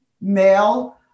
male